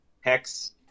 Hex